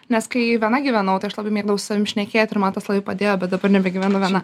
nes kai viena gyvenau tai aš labai mėgdavau su savim šnekėt ir man tas labai padėjo bet dabar nebegyvenu viena